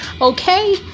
okay